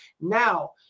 Now